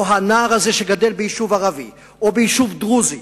הנער הזה שגדל ביישוב ערבי או ביישוב דרוזי